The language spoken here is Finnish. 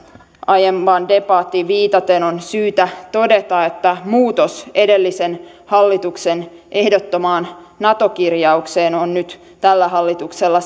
aiempaan debattiin viitaten on syytä todeta että muutos edellisen hallituksen ehdottomaan nato kirjaukseen on nyt tällä hallituksella